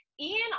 Ian